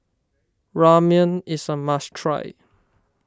Ramyeon is a must try